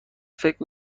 فکر